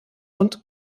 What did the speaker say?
und